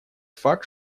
факт